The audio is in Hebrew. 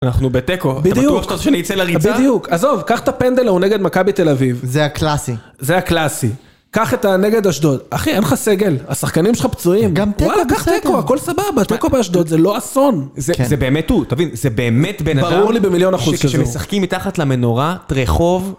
אנחנו בתיקו, אתה בטוח שאני אצא לריצה? בדיוק, עזוב, קח את הפנדל ההוא נגד מכבי תל אביב. זה הקלאסי. זה הקלאסי. קח את הנגד אשדוד. אחי, אין לך סגל. השחקנים שלך פצועים. גם תיקו. וואלה, קח תיקו, הכל סבבה. תיקו באשדוד זה לא אסון. זה באמת הוא, אתה מבין? זה באמת בן אדם... ברור לי במיליון אחוז שזה הוא. שמשחקים מתחת למנורת רחוב